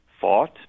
fought